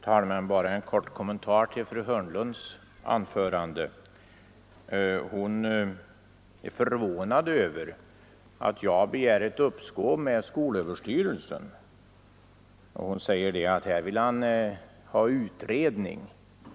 Herr talman! Bara en kort kommentar till fru Hörnlunds anförande. Hon är förvånad över att jag begär uppskov med utflyttningen av dessa avdelningar inom skolöverstyrelsen. Hon säger att jag vill ha en utredning.